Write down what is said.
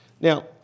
Now